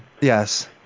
Yes